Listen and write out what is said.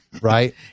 right